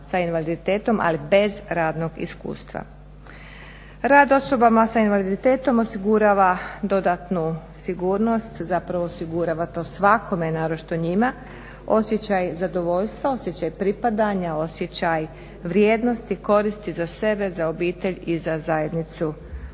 s invaliditetom ali bez radnog iskustva. Rad osobama s invaliditetom osigurava dodatnu sigurnost, zapravo osigurava to svakome, naročito njima, osjećaj zadovoljstva, osjećaj pripadanja, osjećaj vrijednosti, koristi za sebe, za obitelj i za zajednicu